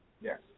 Yes